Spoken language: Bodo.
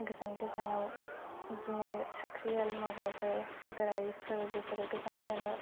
गोजान गोजानाव इदिनो साख्रियाल मावग्राफोर नोगोरारिफोर बेफोरो गोजान गोजानाव